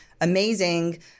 amazing